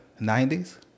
90s